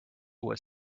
was